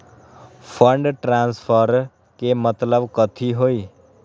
Fund transfer के मतलब कथी होई?